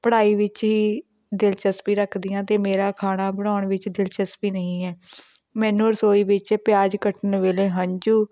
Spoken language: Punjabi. ਪੜ੍ਹਾਈ ਵਿੱਚ ਹੀ ਦਿਲਚਸਪੀ ਰੱਖਦੀ ਹਾਂ ਅਤੇ ਮੇਰਾ ਖਾਣਾ ਬਣਾਉਣ ਵਿੱਚ ਦਿਲਚਸਪੀ ਨਹੀਂ ਹੈ ਮੈਨੂੰ ਰਸੋਈ ਵਿੱਚ ਪਿਆਜ ਕੱਟਣ ਵੇਲੇ ਹੰਝੂ